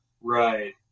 Right